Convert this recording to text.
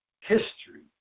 history